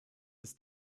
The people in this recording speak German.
ist